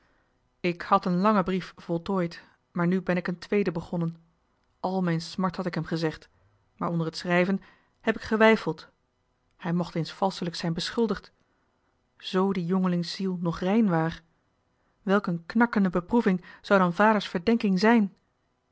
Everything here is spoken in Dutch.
ik had een langen brief voltooid maar nu ben johan de meester de zonde in het deftige dorp ik een tweeden begonnen al mijn smart had ik hem gezegd maar onder het schrijven heb ik geweifeld hij mocht eens valschelijk zijn beschuldigd z die jongelingsziel nog rein waar welk een knakkende beproeving zou dan vaders verdenking zijn